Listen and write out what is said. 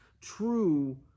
true